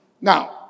Now